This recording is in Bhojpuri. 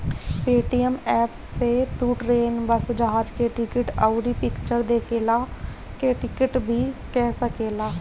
पेटीएम एप्प से तू ट्रेन, बस, जहाज के टिकट, अउरी फिक्चर देखला के टिकट भी कअ सकेला